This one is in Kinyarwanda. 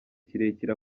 kirekire